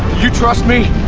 you trust me?